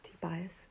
bias